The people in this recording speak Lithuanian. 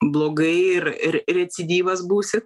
blogai ir ir recidyvas būsi